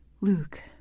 Luke